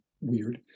weird